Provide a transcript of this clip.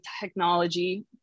technology